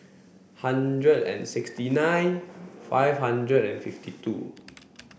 hundred and sixty nine five hundred and fifty two